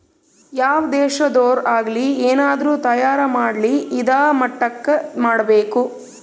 ಯಾವ್ ದೇಶದೊರ್ ಆಗಲಿ ಏನಾದ್ರೂ ತಯಾರ ಮಾಡ್ಲಿ ಇದಾ ಮಟ್ಟಕ್ ಮಾಡ್ಬೇಕು